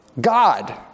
God